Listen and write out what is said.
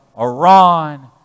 Iran